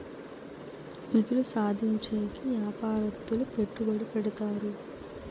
మిగులు సాధించేకి యాపారత్తులు పెట్టుబడి పెడతారు